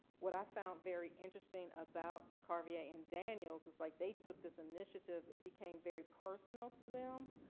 what i found very interesting about caliver yeah and daniel so is like they took this initiative, it became very personal to them.